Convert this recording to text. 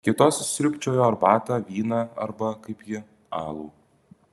kitos sriubčiojo arbatą vyną arba kaip ji alų